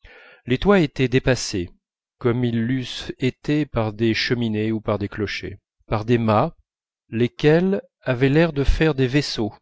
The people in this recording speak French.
clochers par des mâts lesquels avaient l'air de faire des vaisseaux